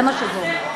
זה מה שזה אומר.